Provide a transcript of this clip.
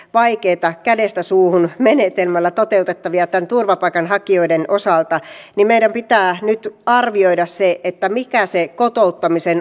vaikeita kädestä suuhun menetelmällä toteutettaviaten turvapaikanhakijoiden biotalouden toimintaedellytyksille ja sekä vakituiselle että vapaa ajan asutukselle